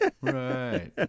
Right